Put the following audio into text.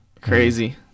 Crazy